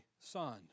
son